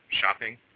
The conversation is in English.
shopping